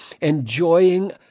enjoying